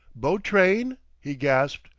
boat-train? he gasped,